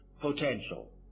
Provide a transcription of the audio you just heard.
potential